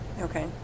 Okay